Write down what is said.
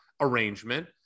arrangement